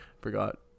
forgot